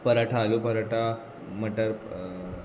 पराठा आलू पराठा मटर